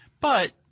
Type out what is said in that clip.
But-